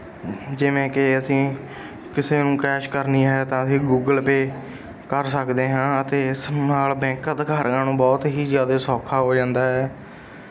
ਜਿਵੇਂ ਕਿ ਅਸੀਂ ਕਿਸੇ ਨੂੰ ਕੈਸ਼ ਕਰਨੀ ਹੈ ਤਾਂ ਅਸੀਂ ਗੂਗਲ ਪੇ ਕਰ ਸਕਦੇ ਹਾਂ ਅਤੇ ਇਸ ਨਾਲ ਬੈਂਕ ਅਧਿਕਾਰੀਆਂ ਨੂੰ ਬਹੁਤ ਹੀ ਜ਼ਿਆਦਾ ਸੌਖਾ ਹੋ ਜਾਂਦਾ ਹੈ